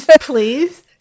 please